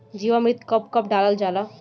जीवामृत कब कब डालल जाला?